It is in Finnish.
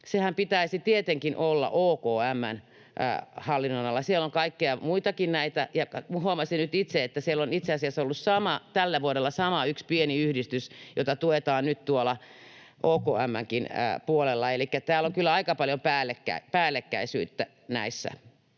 Senhän pitäisi tietenkin olla OKM:n hallin-nonalalla. Siellä on kaikkia muitakin näitä, ja huomasin nyt itse, että siellä on itse asiassa ollut tällä vuodella yksi sama pieni yhdistys, jota tuetaan nyt OKM:nkin puolella. Elikkä täällä on kyllä aika paljon päällekkäisyyttä näissä.